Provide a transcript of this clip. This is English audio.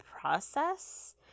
process